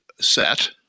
set